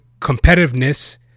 competitiveness